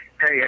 Hey